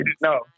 no